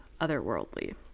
otherworldly